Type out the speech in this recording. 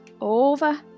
over